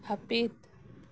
ᱦᱟ ᱯᱤᱛ